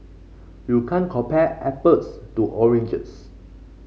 you can't compare apples to oranges